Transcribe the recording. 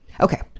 okay